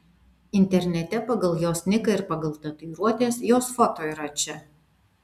internete pagal jos niką ir pagal tatuiruotes jos foto yra čia